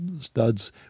studs